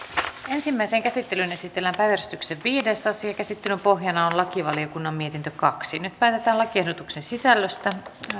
ensimmäiseen käsittelyyn esitellään päiväjärjestyksen viides asia käsittelyn pohjana on lakivaliokunnan mietintö kaksi nyt päätetään lakiehdotuksen sisällöstä